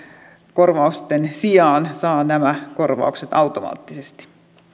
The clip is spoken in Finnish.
korvausten sijaan saa nämä korvaukset automaattisesti